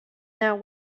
now